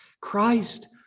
Christ